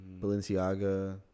balenciaga